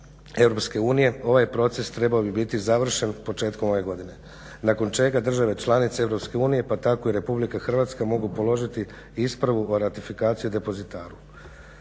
EU, ovaj proces trebao bi biti završen početkom ove godine, nakon čega države članice EU pa tako i RH mogu položiti ispravu o ratifikaciji depozitaru.